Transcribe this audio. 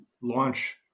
launch